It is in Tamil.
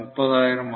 30000